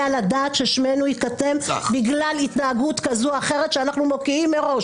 על הדעת ששמנו יוכתם בגלל התנהגות כזו או אחרת שאנחנו מוקיעים מראש.